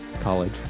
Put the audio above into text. College